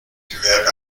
gewerbe